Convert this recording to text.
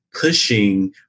pushing